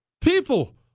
People